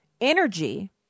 energy